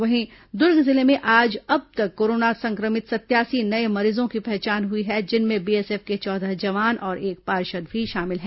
वहीं दूर्ग जिले में आज अब तक कोरोना संक्रमित सतयासी नये मरीजों की पहचान हुई है जिनमें बीएसएफ के चौदह जवान और एक पार्षद भी शामिल हैं